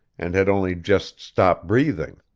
and had only just stopped breathing.